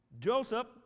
Joseph